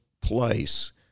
place